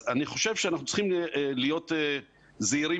אני חושב שאנחנו צריכים להיות זהירים